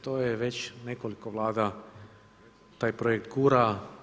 To je već nekoliko vlada taj projekt gura.